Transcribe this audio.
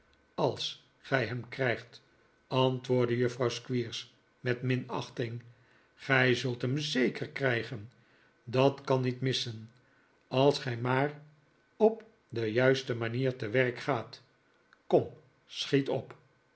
als gij hem krijgt antwoordde juffrouw squeers met minachting gij zult hem zeker krijgen dat kan niet missen als gij maar op de juiste manier te werk gaat kom schiet op